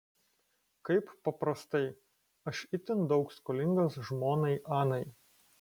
kaip paprastai aš itin daug skolingas žmonai anai